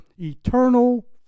eternal